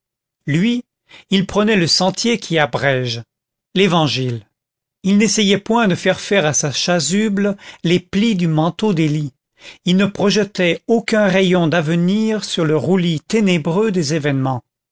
lui il prenait le sentier qui abrège l'évangile il n'essayait point de faire faire à sa chasuble les plis du manteau d'élie il ne projetait aucun rayon d'avenir sur le roulis ténébreux des événements